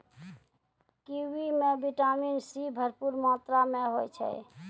kiwi म vitamin C भरपूर मात्रा में होय छै